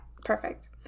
perfect